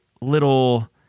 little